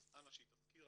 אז אנא שהיא תזכיר,